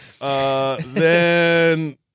Then-